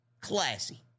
classy